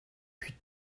puis